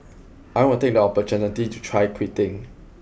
I'll take the opportunity to try quitting